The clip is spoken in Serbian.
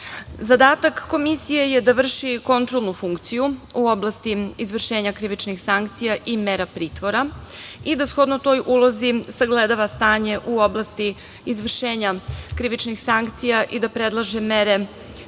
Komisije je da vrši kontrolnu funkciju u oblasti izvršenja krivičnih sankcija i mera pritvora i da shodno toj ulozi sagledava stanje u oblasti izvršenja krivičnih sankcija i da predlaže mere za